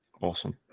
Awesome